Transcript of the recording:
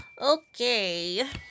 Okay